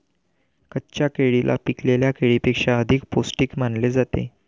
कच्च्या केळीला पिकलेल्या केळीपेक्षा अधिक पोस्टिक मानले जाते